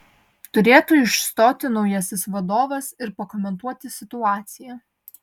turėtų išstoti naujasis vadovas ir pakomentuoti situaciją